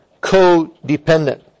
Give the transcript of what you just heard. codependent